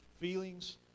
feelings